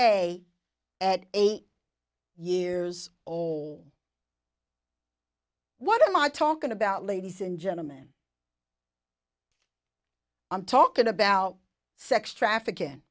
us a eight years what am i talking about ladies and gentlemen i'm talking about sex traffickin